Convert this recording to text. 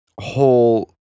whole